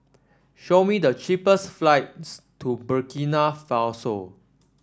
show me the cheapest flights to Burkina Faso